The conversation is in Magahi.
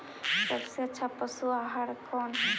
सबसे अच्छा पशु आहार कौन है?